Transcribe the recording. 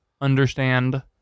understand